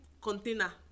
container